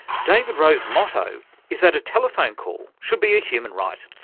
david rowe's motto is that a telephone call should be a human right,